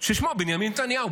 ששמו בנימין נתניהו,